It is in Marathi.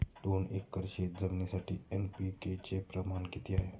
दोन एकर शेतजमिनीसाठी एन.पी.के चे प्रमाण किती आहे?